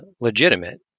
legitimate